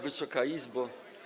Wysoka Izbo!